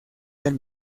del